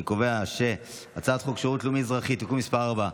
אני קובע שהצעת חוק שירות לאומי-אזרחי (תיקון מס' 4),